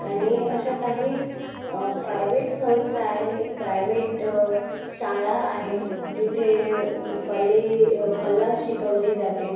आणि अशा काही प्रायवेट संस्था आहे प्रायवेट शाळा आहे जिथे कले कला शिकवली जाते